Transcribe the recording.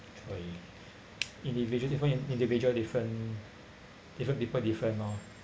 individual different individual different different people different lor